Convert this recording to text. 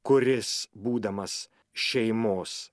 kuris būdamas šeimos